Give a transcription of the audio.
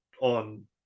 on